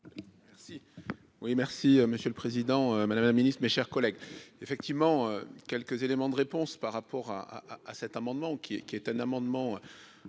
Merci, oui merci Monsieur le Président, Madame la Ministre, mes chers collègues, effectivement, quelques éléments de réponse par rapport à à cet amendement qui est, qui est un amendement